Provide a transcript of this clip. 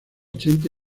ochenta